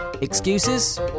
Excuses